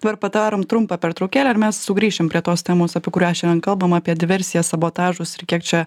dabar padarom trumpą pertraukėlę ir mes sugrįšim prie tos temos apie kurią šiandien kalbam apie diversijas sabotažus ir kiek čia